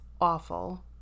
awful